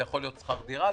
זה יכול להיות שכר דירה,